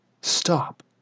stop